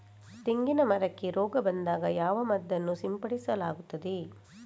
ತೆಂಗಿನ ಮರಕ್ಕೆ ರೋಗ ಬಂದಾಗ ಯಾವ ಮದ್ದನ್ನು ಸಿಂಪಡಿಸಲಾಗುತ್ತದೆ?